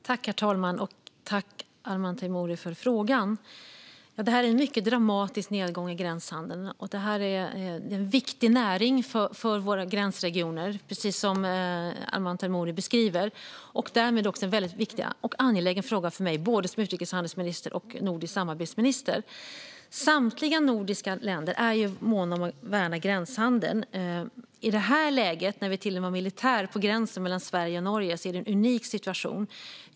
Herr talman! Jag tackar Arman Teimouri för frågan. Det är en mycket dramatisk nedgång i gränshandeln. Det är en viktig näring för våra gränsregioner, precis som Arman Teimouri beskriver, och därmed också en mycket viktig och angelägen fråga för mig både som utrikeshandelsminister och som nordisk samarbetsminister. Samtliga nordiska länder är måna om att värna gränshandeln. I detta läge, när vi till och med har militär på gränsen mellan Sverige och Norge, är det en unik situation.